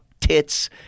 tits